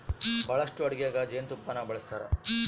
ಬಹಳಷ್ಟು ಅಡಿಗೆಗ ಜೇನುತುಪ್ಪನ್ನ ಬಳಸ್ತಾರ